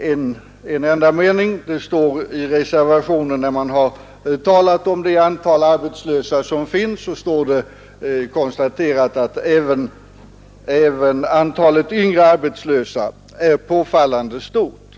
en enda mening. Det konstateras i reservationen, när man först redogjort för det aktuella arbetsmarknadsläget, att även antalet yngre arbetslösa är påfallande stort.